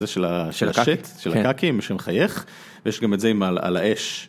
זה של הקקים שמחייך ויש גם את זה עם על האש.